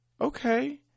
Okay